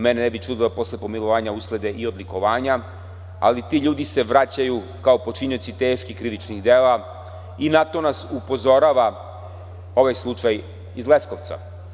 Mene ne bi čudilo da posle pomilovanja uslede i odlikovanja, ali ti ljudi se vraćaju kao počinioci teških krivičnih dela i na to nas upozorava ovaj slučaj iz Leskovca.